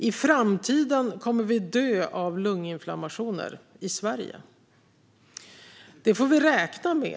"I framtiden kommer vi i Sverige att dö av lunginflammationer. Det får vi räkna med.